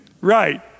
Right